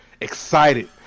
excited